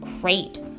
great